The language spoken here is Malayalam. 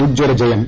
ഉജ്ജ്വല ജയം